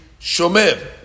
Shomer